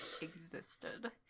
existed